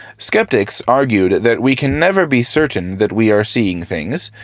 skeptics argued that we can never be certain that we are seeing things,